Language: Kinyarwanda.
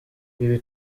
ibi